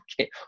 Okay